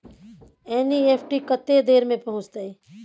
NEFT कत्ते देर में पहुंचतै?